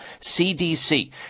CDC